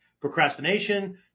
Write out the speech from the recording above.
Procrastination